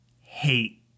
Hate